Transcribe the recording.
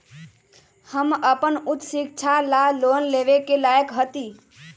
हम अपन उच्च शिक्षा ला लोन लेवे के लायक हती?